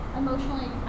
emotionally